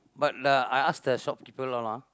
but the I ask the shopkeeper all ah